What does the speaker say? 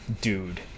dude